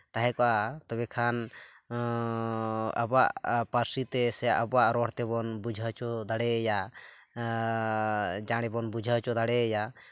ᱛᱟᱦᱮᱸ ᱠᱚᱜᱼᱟ ᱛᱚᱵᱮ ᱠᱷᱟᱱ ᱟᱵᱚᱣᱟᱜ ᱯᱟᱹᱨᱥᱤ ᱛᱮ ᱥᱮ ᱟᱵᱚᱣᱟᱜ ᱨᱚᱲ ᱛᱮᱵᱚᱱ ᱵᱩᱡᱷᱟᱹᱣ ᱦᱚᱪᱚ ᱫᱟᱲᱮᱭᱭᱟ ᱪᱟᱬ ᱜᱮᱵᱚᱱ ᱵᱩᱡᱷᱟᱹᱣ ᱦᱚᱪᱚ ᱫᱟᱲᱮᱭᱟᱭᱟ